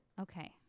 okay